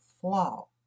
flaw